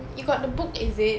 you got the book is it